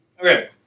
Okay